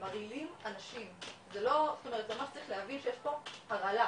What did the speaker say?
הם מרעילים אנשים זה ממש צריך להבין שיש פה הרעלה,